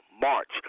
March